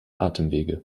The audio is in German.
atemwege